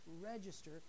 register